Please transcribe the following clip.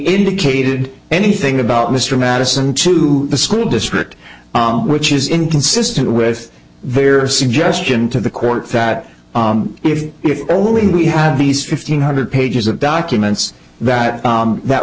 indicated anything about mr madison to the school district which is inconsistent with their suggestion to the court that if only we had these fifteen hundred pages of documents that that